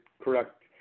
correct